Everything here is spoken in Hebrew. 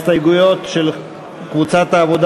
ההסתייגויות של קבוצת סיעת העבודה